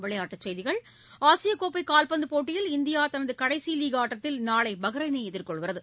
விளைபாட்டுச் செய்திகள் ஆசியக்கோப்பை கால்பந்து போட்டியில் இந்தியா தனது கடைசி லீக் ஆட்டத்தில் நாளை பஹ்ரைனை எதிர்கொள்கிறது